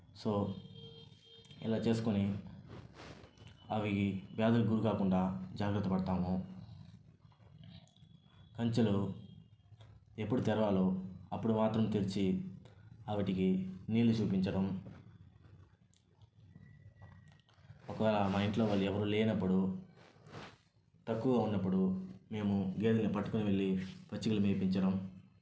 so ఇలా చేసుకొని అవి వ్యాధులకు గురికాకుండా జాగ్రత్త పడతాము కంచెలు ఎప్పుడు తెరవాలో అప్పుడు మాత్రం తెరిచి వాటికి నీళ్లు చూపించడం ఒక మా ఇంట్లో వాళ్ళు ఎవరూ లేనప్పుడు తక్కువ ఉన్నప్పుడు మేము గేదెలను పట్టుకొని వెళ్లి పచ్చికలు మేపించడం